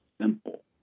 simple